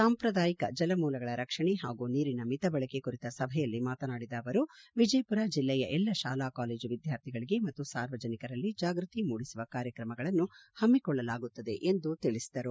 ಸಾಂಪ್ರದಾಯಿಕ ಜಲಮೂಲಗಳ ರಕ್ಷಣೆ ಹಾಗೂ ನೀರಿನ ಮಿತ ಬಳಕೆ ಕುರಿತ ಸಭೆಯಲ್ಲಿ ಮಾತನಾಡಿದ ಅವರು ವಿಜಯಮರ ಜಿಲ್ಲೆಯ ಎಲ್ಲ ಶಾಲಾ ಕಾಲೇಜು ವಿದ್ಕಾರ್ಥಿಗಳಿಗೆ ಮತ್ತು ಸಾರ್ವಜನಿಕರಲ್ಲಿ ಜಾಗೃತಿ ಮೂಡಿಸುವ ಕಾರ್ಯಕ್ರಮಗಳನ್ನು ಹಮ್ನಿಕೊಳ್ಳಲಾಗುತ್ತದೆ ಎಂದು ತಿಳಿಸಿದರು